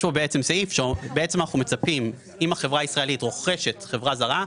אם החברה הישראלית רוכשת חברה זרה,